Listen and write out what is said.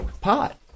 pot